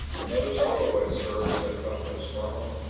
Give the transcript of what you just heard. another stowaway, sir, said bumpo smartly.